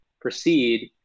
proceed